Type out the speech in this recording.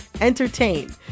entertain